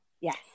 Yes